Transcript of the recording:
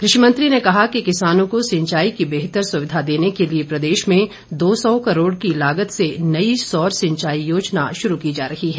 कृषि मंत्री ने कहा कि किसानों को सिंचाई की बेहतर सुविधा देने के लिए प्रदेश में दो सौ करोड़ की लागत से नई सौर सिंचाई योजना शुरू की जा रही है